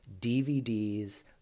dvds